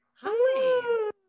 Hi